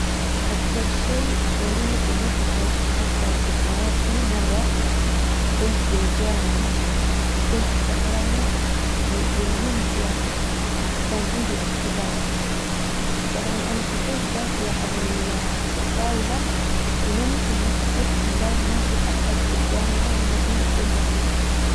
اكثر شئ ظريف ومضحك حصل في حياتي مرة كنت بالجامعة وكنت سهرانة يومين متواصلة وكان عندي اختبار طبعا انا حطيت راسي على الطاولة ونمت وما صحيت إلا وما في احد في الجامعة نهائيا إلا انا.